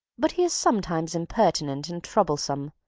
but he is sometimes impertinent and troublesome.